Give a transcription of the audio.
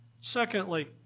Secondly